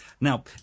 Now